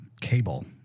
Cable